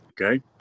okay